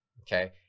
Okay